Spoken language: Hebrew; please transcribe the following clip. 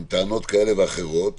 עם טענות כאלה ואחרות.